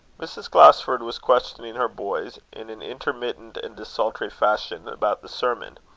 mrs. glasford was questioning her boys, in an intermittent and desultory fashion, about the sermon.